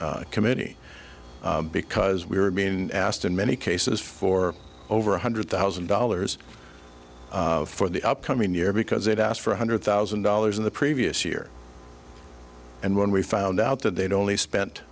this committee because we were being asked in many cases for over one hundred thousand dollars for the upcoming year because they'd asked for one hundred thousand dollars in the previous year and when we found out that they'd only spent